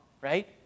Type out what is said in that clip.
right